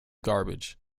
garbage